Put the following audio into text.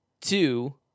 Two